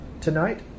tonight